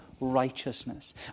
righteousness